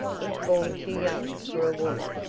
in form too young for a woman,